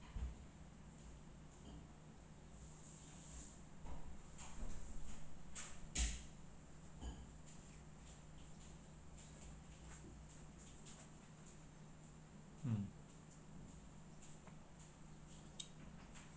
mm